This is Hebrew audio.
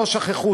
לא שכחו,